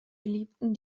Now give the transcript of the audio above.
geliebten